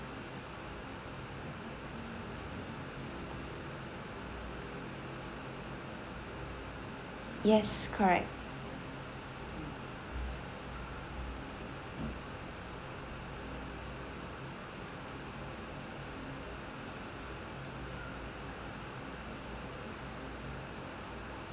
yes correct